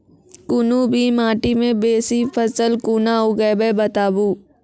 कूनू भी माटि मे बेसी फसल कूना उगैबै, बताबू?